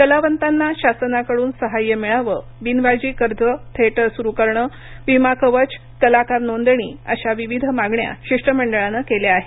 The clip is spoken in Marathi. कलावंतांना शासनाकडुन सहाय्य मिळावं बिनव्याजी कर्जे थिएटर सुरू करणं विमाकवच कलाकार नोंदणी अशा विविध मागण्या शिष्टमंडळानं केल्या आहेत